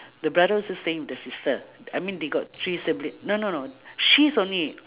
the brother also staying with the sister I mean they got three sibli~ no no no she's only